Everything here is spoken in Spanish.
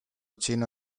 chino